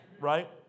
right